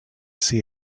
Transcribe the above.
see